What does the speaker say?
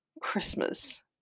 Christmas